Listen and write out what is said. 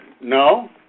no